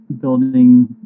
building